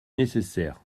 nécessaire